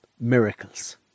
miracles